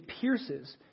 pierces